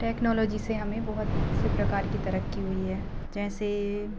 technology से हमें बहुत से प्रकार की तरक्की हुई है जैसे